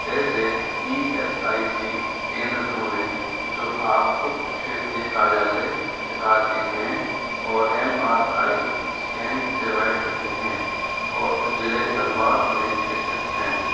ऐसे E S I C केंद्र ढूँढें जो आप उपक्षेत्रीय कार्यालय प्रकार के हैं और एम आर आई स्कैन सेवाएं देते हैं और ज़िले धनबाद में स्थित हैं